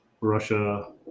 Russia